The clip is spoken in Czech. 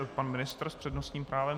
Pan ministr s přednostním právem.